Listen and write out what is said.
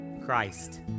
Christ